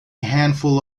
handful